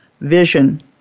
vision